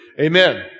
Amen